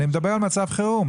אני מדבר על מצב חירום.